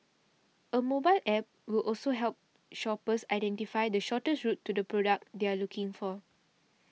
a mobile App will also help shoppers identify the shortest route to the product they are looking for